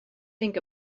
think